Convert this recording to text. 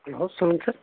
சொல்லுங்க சார்